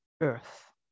earth